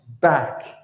back